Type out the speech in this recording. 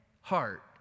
heart